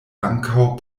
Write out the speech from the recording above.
ankaŭ